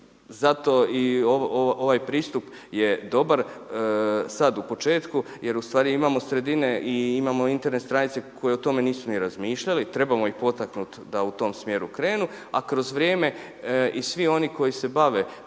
Zato i ovaj pristup je dobar sad u početku jer u stvari imamo sredine i imamo interne stranice koje o tome nisu ni razmišljali, trebamo ih potaknut da u tom smjeru krenu, a kroz vrijeme i svi oni koje se bave proizvodnjom